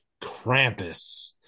Krampus